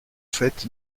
fait